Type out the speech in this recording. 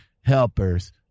helpers